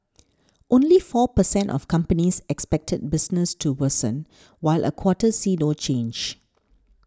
only four per cent of companies expected business to worsen while a quarter see no change